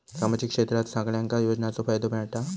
सामाजिक क्षेत्रात सगल्यांका योजनाचो फायदो मेलता?